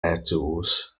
outdoors